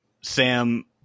Sam